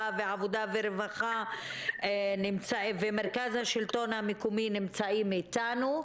והעבודה והרווחה ומרכז השלטון המקומי נמצאים איתנו,